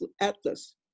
Atlas